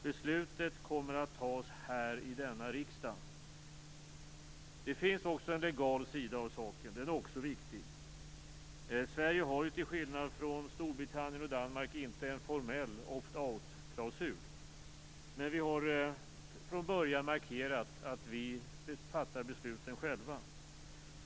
Beslutet kommer att fattas här i denna riksdag. Det finns också en legal sida av saken. Den är också viktig. Sverige har till skillnad från Storbritannien och Danmark inte en formell opt out-klausul. Men vi har från början markerat att vi fattar besluten själva.